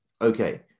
Okay